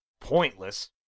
pointless